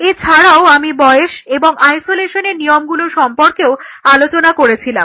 এছাড়াও আমি বয়স এবং আইসোলেশনের নিয়ম সম্পর্কেও আলোচনা করেছিলাম